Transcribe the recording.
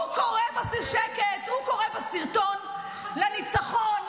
הוא קורא בסרטון לניצחון,